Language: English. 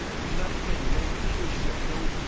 nothing no leadership, no,